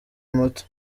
muto